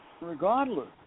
regardless